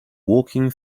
walking